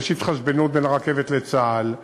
ויש התחשבנות בין הרכבת לצה"ל.